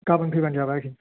गाबोन फैब्लानो जाबाय आरखि